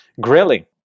grilling